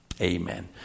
Amen